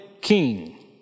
king